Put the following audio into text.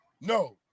No